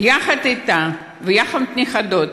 אתה ועם הנכדות,